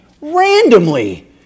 randomly